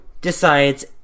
decides